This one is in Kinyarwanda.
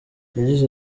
yagize